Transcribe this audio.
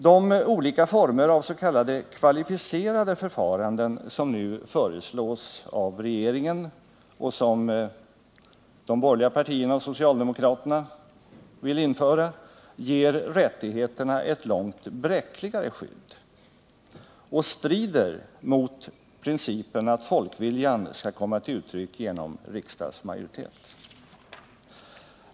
De olika former av s.k. kvalificerade förfaranden som nu föreslås av regeringen och som de borgerliga partierna och socialdemokraterna vill införa ger rättigheterna ett långt bräckligare skydd och strider mot principen att foikviljan skall komma till uttryck genom riksdagsmajoritet.